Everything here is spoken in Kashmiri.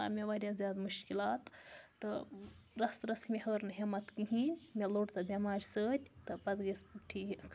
آو مےٚ واریاہ زیادٕ مُشکلات تہٕ رَژھ رَژھ مےٚ ہٲر نہٕ ہمت کِہیٖنۍ مےٚ لوٚڑ تَتھ بٮ۪مارِ سۭتۍ تہٕ پَتہٕ گٔیَس بہٕ ٹھیٖک